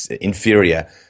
inferior